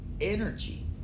energy